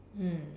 mm